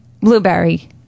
blueberry